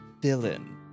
villain